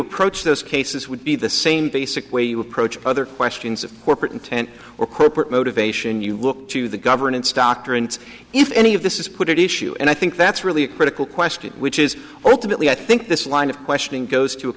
approach those cases would be the same basic way you approach other questions of corporate intent or corporate motivation you look to the governance doctor and if any of this is put a shoe and i think that's really a critical question which is alternately i think this line of questioning goes to a